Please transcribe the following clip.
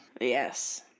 Yes